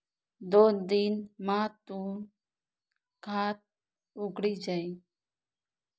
दोन दिन मा तूनं खातं उघडी जाई